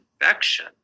infection